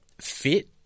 fit